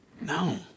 No